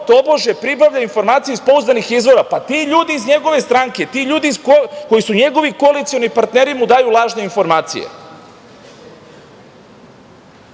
tobože pribavlja informacije iz pouzdanih izvora, pa ti ljudi iz njegove stranke, ti ljudi koji su njegovi koalicioni partneri mu daju lažne informacije. Takođe,